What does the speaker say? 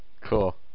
Cool